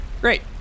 Great